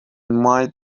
might